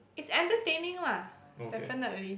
it's entertaining lah definitely